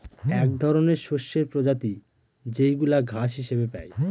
এক ধরনের শস্যের প্রজাতি যেইগুলা ঘাস হিসেবে পাই